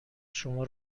شما